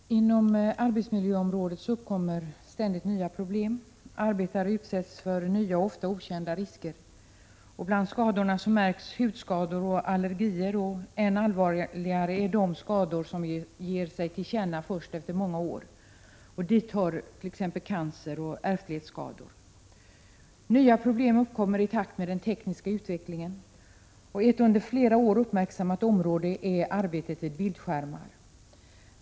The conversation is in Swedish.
Herr talman! Inom arbetsmiljöområdet uppkommer ständigt nya problem. Arbetare utsätts för nya och ofta okända risker. Bland skadorna märks hudskador och allergier, och än allvarligare är de skador som ger sig till känna först efter många år. Dit hör t.ex. cancer och ärftlighetsskador. Nya problem uppkommer i takt med den tekniska utvecklingen, och ett under flera år uppmärksammat område är arbetet vid bildskärmar.